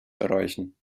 erreichen